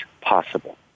possible